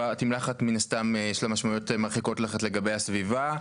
תמלחת מן הסתם יש לה משמעויות מרחיקות לכת לגבי הסביבה.